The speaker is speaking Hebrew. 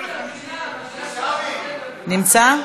נמצא?